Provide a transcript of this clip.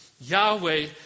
Yahweh